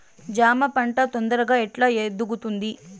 జామ పంట తొందరగా ఎట్లా ఎదుగుతుంది?